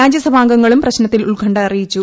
രാജ്യസഭാംഗങ്ങളും പ്രശ്നത്തിൽ ഉത്കണ്ഠ അറിയിച്ചു